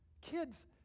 Kids